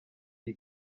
iyi